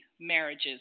marriages